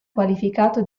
qualificato